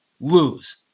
lose